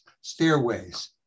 stairways